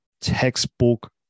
textbook